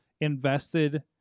invested